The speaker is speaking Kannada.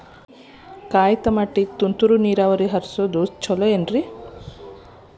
ಕಾಯಿತಮಾಟಿಗ ತುಂತುರ್ ನೇರ್ ಹರಿಸೋದು ಛಲೋ ಏನ್ರಿ?